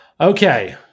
Okay